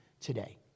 today